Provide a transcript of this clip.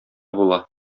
була